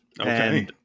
Okay